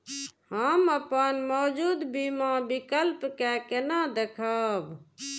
हम अपन मौजूद बीमा विकल्प के केना देखब?